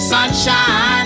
Sunshine